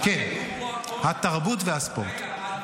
אתה שר הספורט, נכון?